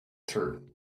through